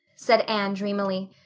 said anne dreamily.